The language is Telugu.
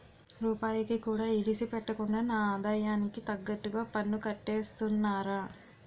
రూపాయికి కూడా ఇడిసిపెట్టకుండా నా ఆదాయానికి తగ్గట్టుగా పన్నుకట్టేస్తున్నారా